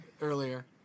Earlier